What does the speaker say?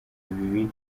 bibi